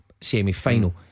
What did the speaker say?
Semi-final